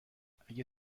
اگه